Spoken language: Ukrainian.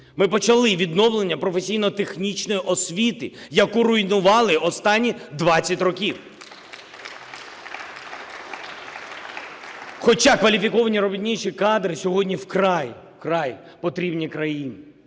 Ми почали відновлення професійно-технічної освіти, яку руйнували останні 20 років, хоча кваліфіковані робітничі кадри сьогодні вкрай, вкрай, потрібні країні.